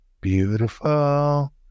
beautiful